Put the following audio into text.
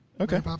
Okay